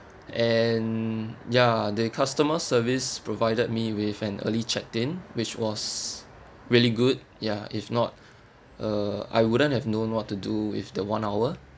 and ya the customer service provided me with an early checked in which was really good ya if not uh I wouldn't have known what to do with the one hour